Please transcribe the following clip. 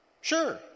Sure